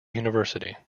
university